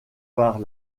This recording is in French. par